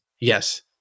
yes